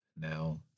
Now